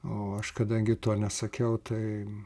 o aš kadangi to nesakiau tai